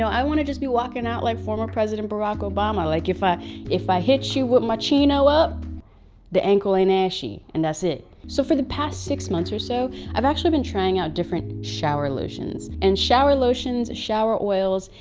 i wanna just be walking out like former president barack obama. like if i if i hit you with my chino up the ankle aint ashy and that's it. so for the past six months or so, i've actually been trying out different shower lotions. and shower lotions, shower oils,